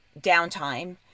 downtime